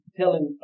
telling